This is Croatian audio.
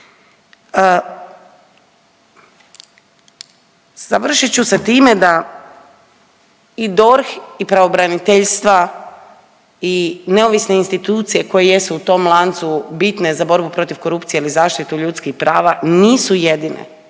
Završit ću sa time da i DORH i pravobraniteljstva i neovisne institucije koje jesu u tom lancu bitne za borbu protiv korupcije ili zaštitu ljudskih prava nisu jedine